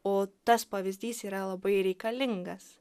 o tas pavyzdys yra labai reikalingas